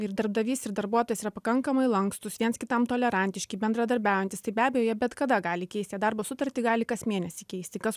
ir darbdavys ir darbuotojas yra pakankamai lankstūs viens kitam tolerantiški bendradarbiaujantys tai be abejo jie bet kada gali keisti darbo sutartį gali kas mėnesį keisti kas